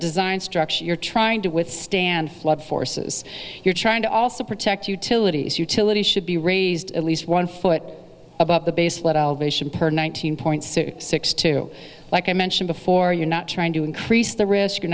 design structure you're trying to withstand flood forces you're trying to also protect utilities utilities should be raised at least one foot above the base let elevation per one thousand points to six two like i mentioned before you're not trying to increase the risk you're